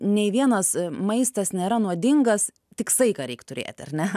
nei vienas maistas nėra nuodingas tik saiką reik turėti ar ne